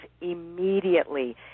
immediately